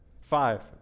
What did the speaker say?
Five